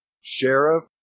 sheriff